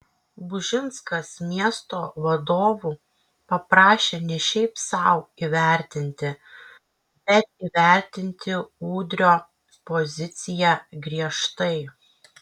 bužinskas miesto vadovų paprašė ne šiaip sau įvertinti bet įvertinti udrio poziciją griežtai